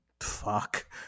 fuck